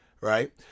right